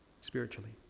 spiritually